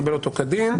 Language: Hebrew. קיבל אותו כדין.